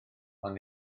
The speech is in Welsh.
ond